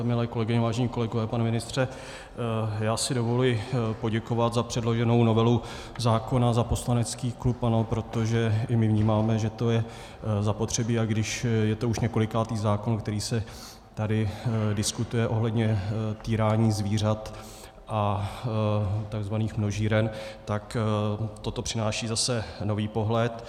Milé kolegyně, vážení kolegové, pane ministře, já si dovoluji poděkovat za předloženou novelu zákona za poslanecký klub ANO, protože i my vnímáme, že to je zapotřebí, a když je to už několikátý zákon, který se tady diskutuje ohledně týrání zvířat a tzv. množíren, tak toto přináší zase nový pohled.